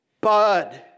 bud